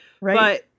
Right